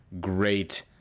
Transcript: great